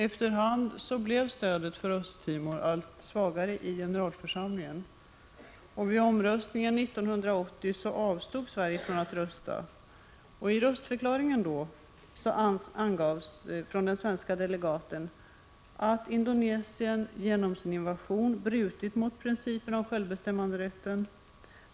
Efter hand blev stödet för Östra Timor allt svagare i generalförsamlingen. Vid omröstningen i generalförsamlingen 1980 avstod Sverige från att rösta. I röstförklaringen anförde den svenska delegaten att Indonesien genom sin invasion brutit mot principen om självbestämmanderätten.